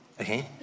Okay